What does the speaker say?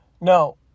no